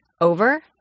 over